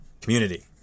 community